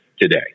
today